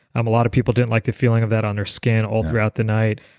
um a lot of people didn't like the feeling of that on their skin all throughout the night,